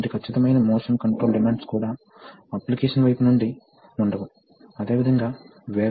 ఇతర పొసిషన్ లో చాలా సులభం